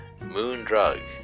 Moondrug